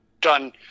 done